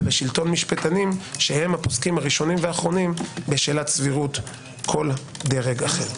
בשלטון משפטנים שהם הפוסקים הראשונים והאחרונים בשאלת סבירות כל דרג אחר.